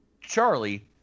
Charlie